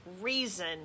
reason